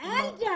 ז': אין.